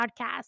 Podcast